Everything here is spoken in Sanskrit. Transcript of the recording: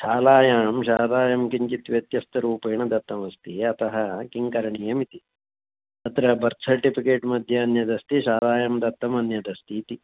शालायां शालायां किञ्चित् व्यत्यस्तरूपेण दत्तमस्ति अतः किं करणीयम् इति तत्र बर्त् सर्टिफ़िकेट्मध्ये अन्यदस्ति शालायां दत्तम् अन्यदस्ति इति